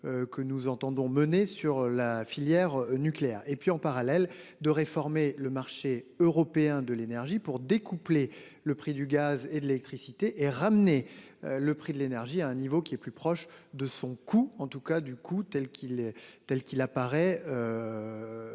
Que nous entendons mener sur la filière nucléaire et puis, en parallèle de réformer le marché européen de l'énergie pour découpler le prix du gaz et de l'électricité et ramener le prix de l'énergie à un niveau qui est plus proche de son coup en tout cas. Du coup, telle qu'il telle